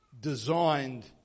designed